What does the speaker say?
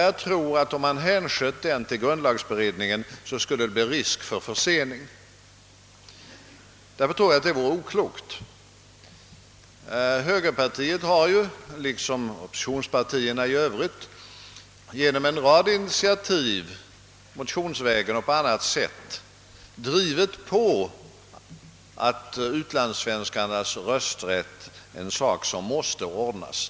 Jag tror att om man hänsköt den frågan till grundlagberedningen, så skulle det bli risk för förseningar. Därför tror jag att det vore oklokt. Högerpartiet har ju liksom de andra oppositionspartierna genom en rad initiativ — motionsvägen och på annat sätt — drivit på att utlandssvenskarnas rösträtt måste ordnas.